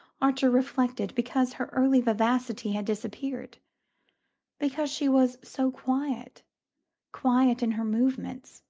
archer reflected, because her early vivacity had disappeared because she was so quiet quiet in her movements,